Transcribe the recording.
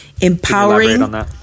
empowering